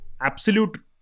absolute